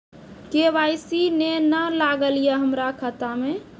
KYC ने न लागल या हमरा खाता मैं?